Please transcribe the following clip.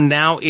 now